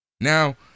Now